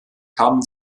kamen